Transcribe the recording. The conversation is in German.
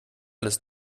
alles